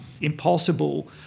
impossible